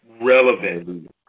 Relevant